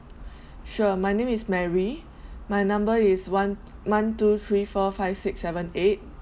sure my name is mary my number is one one two three four five six seven eight